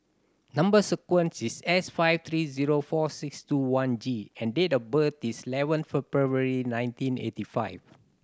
number sequence is S five three zero four six two one G and date of birth is eleven February nineteen eighty five